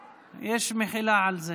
אוקיי,